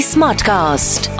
Smartcast